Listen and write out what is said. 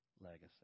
legacy